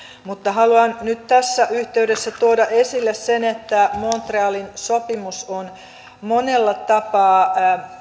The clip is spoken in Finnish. haluan nyt tässä yhteydessä tuoda esille sen että montrealin sopimus on monella tapaa